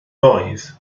roedd